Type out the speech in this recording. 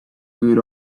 good